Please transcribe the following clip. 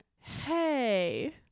Hey